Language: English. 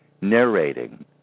narrating